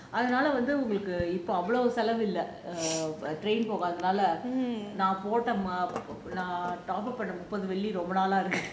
அதுனால வந்து உங்களுக்கு இப்போ அவ்ளோ செலவு இல்ல போகாதனால நான் போட்ட முப்பது நால இருக்கு:athunaala vanthu ungalaku ippo avlo selavu illa pogaatha naala naan potta muppathu naala iruku